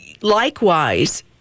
likewise